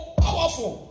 powerful